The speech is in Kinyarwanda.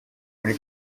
muri